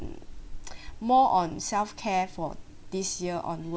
more on self care for this year